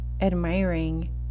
admiring